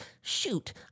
Shoot